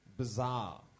Bizarre